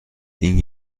این